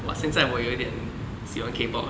!wah! 现在我有一点喜欢 Kpop leh